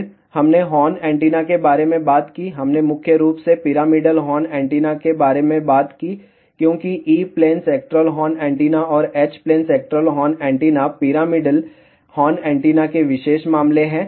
फिर हमने horn antenna के बारे में बात की हमने मुख्य रूप से पिरामिडल हॉर्न एंटीना के बारे में बात की क्योंकि E plane sectoral horn antenna और H plane sectoral horn antenna pyramidal horn antenna के विशेष मामले हैं